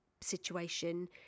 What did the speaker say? situation